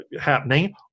happening